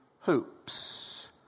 hoops